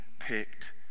picked